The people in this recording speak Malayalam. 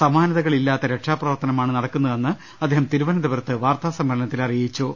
സമാനതകളില്ലാത്ത രക്ഷാപ്രവർത്തനമാണ് നടക്കുന്നതെന്ന് അദ്ദേഹം തിരുവനന്തപുരത്ത് വാർത്താ സമ്മേളനത്തിൽ അറി യിച്ചു